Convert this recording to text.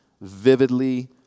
vividly